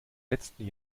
letzten